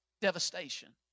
devastation